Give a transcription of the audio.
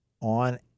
on